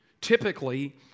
typically